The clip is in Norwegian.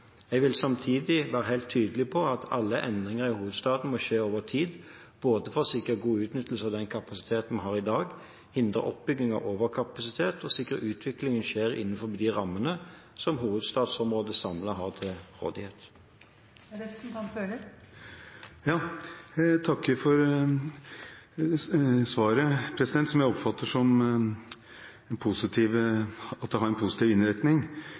Jeg vil samtidig være helt tydelig på at alle endringer i hovedstaden må skje over tid, både for å sikre god utnyttelse av den kapasiteten vi har i dag, for å hindre oppbygging av overkapasitet og for å sikre at utviklingen skjer innenfor de rammene som hovedstadsområdet samlet har til rådighet. Jeg takker for svaret, som jeg oppfatter slik at det har en positiv innretning.